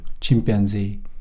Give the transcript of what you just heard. chimpanzee